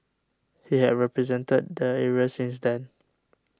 he had represented the area since then